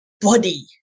body